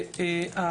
תמשיך.